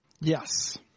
Yes